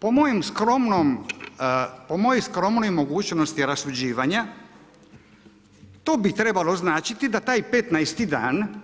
Po mojem skromnom, po mojoj skromnoj mogućnosti rasuđivanja to bi trebalo značiti da taj petnaesti dan